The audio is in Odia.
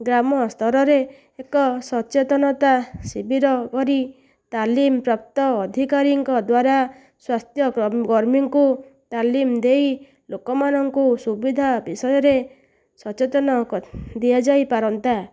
ଗ୍ରାମ ସ୍ତରରେ ଏକ ସଚେତନତା ଶିବିର କରି ତାଲିମ ପ୍ରାପ୍ତ ଅଧିକାରଙ୍କ ଦ୍ୱାରା ସ୍ଵାସ୍ଥ୍ୟ କର୍ମକର୍ମୀଙ୍କୁ ତାଲିମ ଦେଇ ଲୋକମାନଙ୍କୁ ସୁବିଧା ବିଷୟରେ ସଚେତନ ଦିଆଯାଇ ପାରନ୍ତା